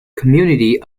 community